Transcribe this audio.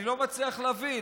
אני לא מצליח להבין.